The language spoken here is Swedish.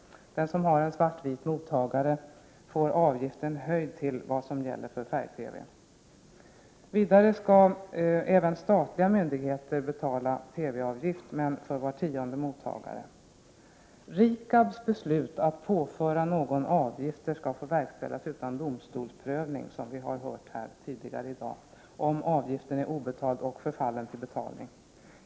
Den som har svart-vit mottagare får avgiften höjd till vad som gäller för färg-TV. Vidare skall även statliga myndigheter betala TV-avgift, men för var tionde mottagare. RIKAB:s beslut att påföra någon avgifter skall verkställas utan domstolsprövning som vi har hört här tidigare i dag, om avgiften är obetald och förfallen till betalning.